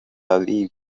aviv